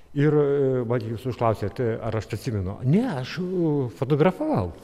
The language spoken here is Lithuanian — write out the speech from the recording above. ir vat jūs užklausėt ar aš atsimenu ne aš fotografavau